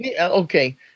Okay